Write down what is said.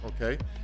okay